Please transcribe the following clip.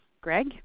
Greg